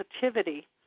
sensitivity